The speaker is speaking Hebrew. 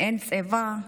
אין צבע,